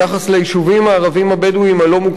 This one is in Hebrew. ליישובים הערביים הבדואיים הלא-מוכרים,